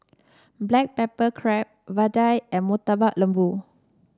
Black Pepper Crab vadai and Murtabak Lembu